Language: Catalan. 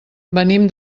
venim